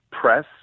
press